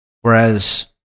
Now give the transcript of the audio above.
whereas